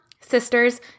sisters